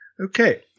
Okay